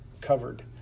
covered